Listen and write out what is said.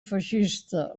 feixista